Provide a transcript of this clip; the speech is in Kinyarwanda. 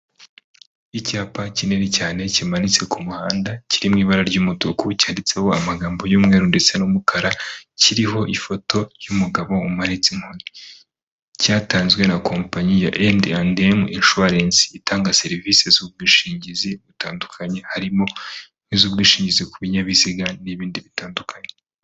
Icyapa kinini cyane kimanitse ku muhanda kiri mu ibara ry'umutuku cyanditseho amagambo y'umweru ndetse n'umukara, kiriho ifoto y'umugabo umanitse inkoni, cyatanzwe na kompanyi ya endi andemu inshuwarense itanga serivisi z'ubwishingizi butandukanye harimo n'izubwishingizi ku binyabiziga n'ibindi bitandukanye.